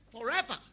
forever